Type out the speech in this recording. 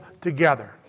together